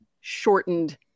shortened